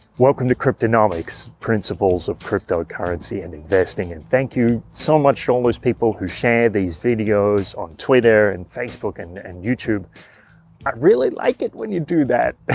welcome to cryptonomics, principles of cryptocurrency and investing in thank you so much to all those people who share these videos on twitter and facebook and and youtube i really like it when you do that!